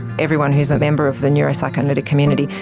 everyone who is a member of the neuro-psychoanalytic community,